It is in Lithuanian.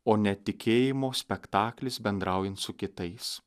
o ne tikėjimo spektaklis bendraujant su kitais